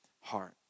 heart